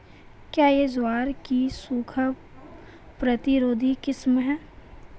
क्या यह ज्वार की सूखा प्रतिरोधी किस्म है?